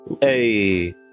Hey